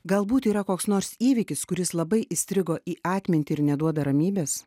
galbūt yra koks nors įvykis kuris labai įstrigo į atmintį ir neduoda ramybės